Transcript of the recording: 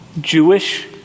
Jewish